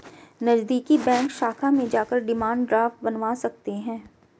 नज़दीकी बैंक शाखा में जाकर डिमांड ड्राफ्ट बनवा सकते है